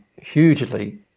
hugely